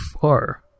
far